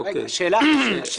בעייתי.